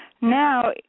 now